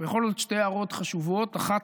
בכל זאת שתי הערות חשובות: אחת,